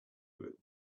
groom